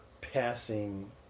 passing